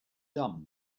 dumb